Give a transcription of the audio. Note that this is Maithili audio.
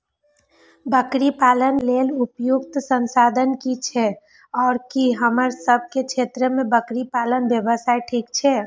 बकरी पालन के लेल उपयुक्त संसाधन की छै आर की हमर सब के क्षेत्र में बकरी पालन व्यवसाय ठीक छै?